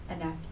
enough